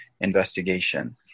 investigation